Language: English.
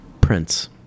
Prince